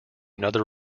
another